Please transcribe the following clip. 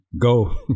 go